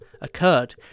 occurred